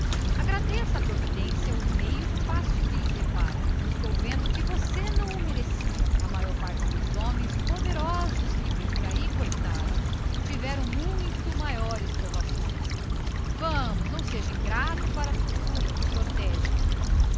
agradeça à providência o meio fácil que lhe depara e que estou vendo agora que você não merecia a maior parte dos homens poderosos tiveram coitados muito maiores provações para chegar aos seus fins ande daí não seja ingrato com a fortuna que o protege